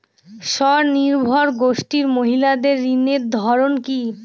স্বনির্ভর গোষ্ঠীর মহিলাদের ঋণের ধরন কি?